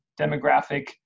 demographic